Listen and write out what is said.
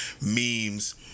memes